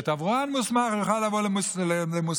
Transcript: תברואן מוסמך יוכל לבוא למוסד,